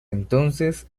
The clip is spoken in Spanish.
entonces